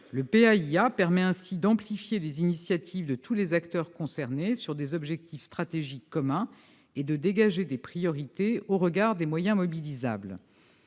Le PAIA permet ainsi d'amplifier les initiatives de tous les acteurs concernés sur des objectifs stratégiques communs et de dégager des priorités au regard des moyens mobilisables.